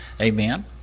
Amen